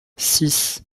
six